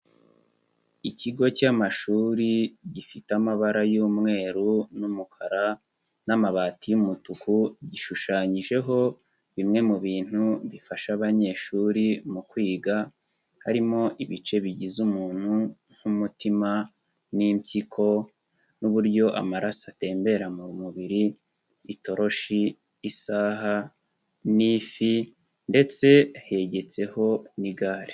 Ikigo cy'amashuri gifite amabara y'umweru n'umukara n'amabati y'umutuku gishushanyijeho bimwe mu bintu bifasha abanyeshuri mu kwiga, harimo ibice bigize umuntu nk'umutima n'impyiko n'uburyo amaraso atembera mu mubiri, itoroshi, isaha n'ifi ndetse hegetseho n'igare.